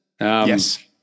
Yes